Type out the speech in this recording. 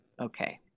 okay